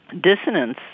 Dissonance